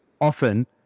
often